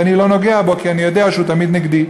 ואני לא נוגע בו כי אני יודע שהוא תמיד נגדי.